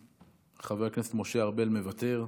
חבר הכנסת משה ארבל, מוותר,